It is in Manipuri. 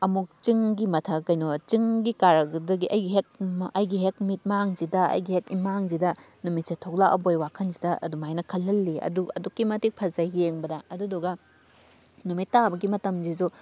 ꯑꯃꯨꯛ ꯆꯤꯡꯒꯤ ꯃꯊꯛ ꯀꯩꯅꯣ ꯆꯤꯡꯒꯤ ꯀꯥꯔꯛꯇꯨꯗꯒꯤ ꯑꯩꯒꯤ ꯍꯦꯛ ꯑꯩꯒꯤ ꯍꯦꯛ ꯃꯤꯠꯃꯥꯡꯁꯤꯗ ꯑꯩꯒꯤ ꯍꯦꯛ ꯏꯃꯥꯡꯁꯤꯗ ꯅꯨꯃꯤꯠꯁꯦ ꯊꯣꯛꯂꯛꯑꯕꯣꯏ ꯋꯥꯈꯜꯁꯤꯗ ꯑꯗꯨꯃꯥꯏꯅ ꯈꯜꯍꯜꯂꯤ ꯑꯗꯨ ꯑꯗꯨꯛꯀꯤ ꯃꯇꯤꯛ ꯐꯖꯩ ꯌꯦꯡꯕꯗ ꯑꯗꯨꯗꯨꯒ ꯅꯨꯃꯤꯠ ꯇꯥꯕꯒꯤ ꯃꯇꯝꯁꯤꯁꯨ